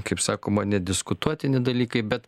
kaip sakoma nediskutuotini dalykai bet